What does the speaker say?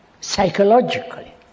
psychologically